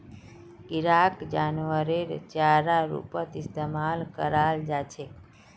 किराक जानवरेर चारार रूपत इस्तमाल कराल जा छेक